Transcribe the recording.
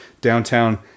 downtown